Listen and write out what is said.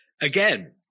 again